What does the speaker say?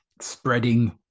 spreading